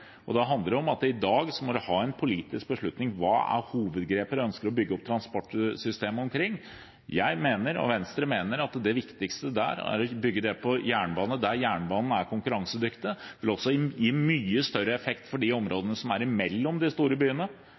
2040. Da handler det om at en i dag må ha en politisk beslutning om hvilket hovedgrep en ønsker å bygge opp transportsystemet omkring. Jeg mener, og Venstre mener, at det viktigste er å bygge det rundt jernbane der jernbanen er konkurransedyktig. Det vil også gi mye større effekt for områdene mellom de store byene.